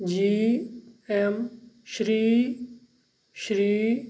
جی ایٚم شری شری